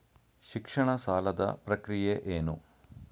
ಶಿಕ್ಷಣ ಸಾಲದ ಪ್ರಕ್ರಿಯೆ ಏನು?